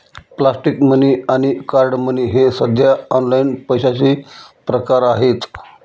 plastic money आणि card money हे सध्या ऑनलाइन पैशाचे प्रकार आहेत